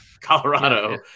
Colorado